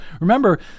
Remember